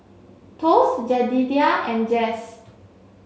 Thos Jedediah and Jax